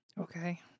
Okay